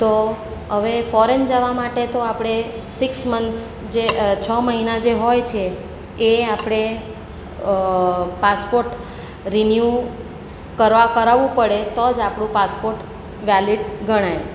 તો હવે ફોરેન જવા માટે તો આપણે સિક્સ મંથસ જે છ મહિના જે હોય છે એ આપણે પાસપોટ રિન્યૂ કરવા કરાવવું પડે તો જ આપણું પાસપોર્ટ વેલીડ ગણાય